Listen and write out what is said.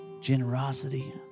generosity